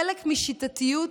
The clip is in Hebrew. חלק משיטתיות,